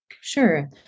Sure